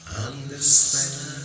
understand